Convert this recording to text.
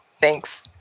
Thanks